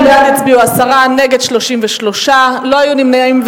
ובכן, בעד הצביעו עשרה, נגד, 33, לא היו נמנעים.